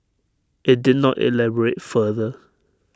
IT did not elaborate further